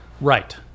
Right